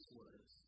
words